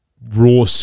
raw